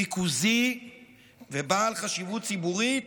ריכוזי ובעל חשיבות ציבורית,